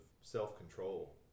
self-control